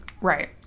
Right